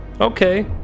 Okay